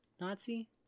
Nazi